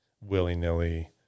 willy-nilly